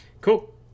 cool